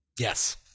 Yes